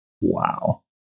Wow